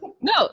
No